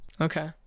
Okay